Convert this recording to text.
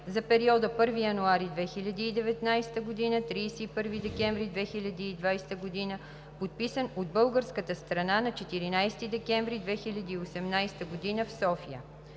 за периода 1 януари 2019 г. – 31 декември 2020 г., подписан от българската страна на 14 декември 2018 г. в София.,